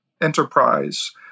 enterprise